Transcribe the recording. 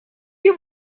you